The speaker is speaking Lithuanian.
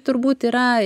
turbūt yra